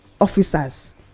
officers